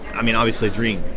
i mean, obviously a dream.